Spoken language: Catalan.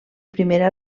primera